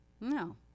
No